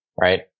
right